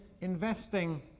investing